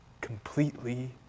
completely